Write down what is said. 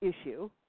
issue